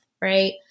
right